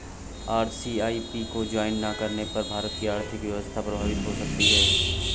RCEP को join ना करने पर भारत की आर्थिक व्यवस्था प्रभावित हो सकती है